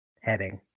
heading